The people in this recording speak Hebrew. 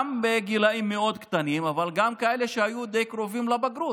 גם בגילים מאוד קטנים אבל גם כאלה שהיו די קרובים לבגרות.